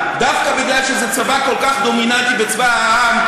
דווקא מפני שזה צבא כל כך דומיננטי וצבא העם,